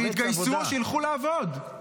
שיתגייס, שילכו לעבוד.